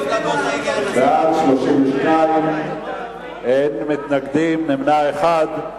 בעד, 32, אין מתנגדים, נמנע אחד.